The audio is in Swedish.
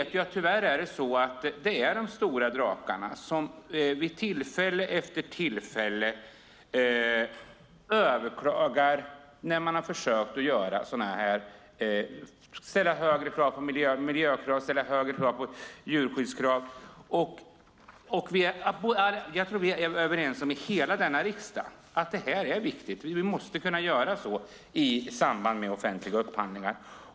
Tyvärr vet vi att det är de stora drakarna som vid tillfälle efter tillfälle överklagar när man har försökt ställa högre krav på miljö och djurskydd. Jag tror att vi är överens om i hela denna riksdag att detta är viktigt. Vi måste kunna ställa dessa krav i samband med offentliga upphandlingar.